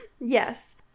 Yes